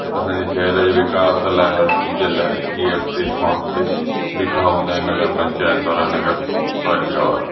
असांजे शहर जे विकास लाइ हर चीज़ लाइ इहे अॻिते खां अॻिते बीठा हूंदा आहिनि नगर पंचायत वारा नगर पालिका वारा